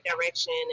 direction